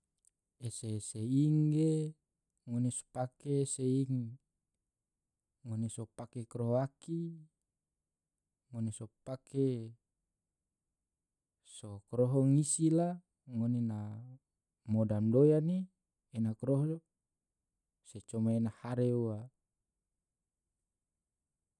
ese-ese ing ge ngone so pake ese ing, ngone so pake koroho aki, ngone so pake so koroho ngisi la ngone na moda madoya ne ena koroho se coma ena hare ua.